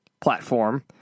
platform